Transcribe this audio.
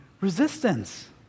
resistance